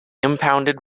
impounded